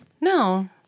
No